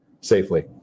safely